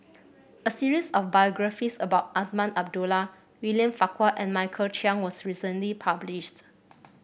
a series of biographies about Azman Abdullah William Farquhar and Michael Chiang was recently published